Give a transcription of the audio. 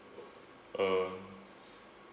uh